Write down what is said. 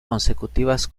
consecutivas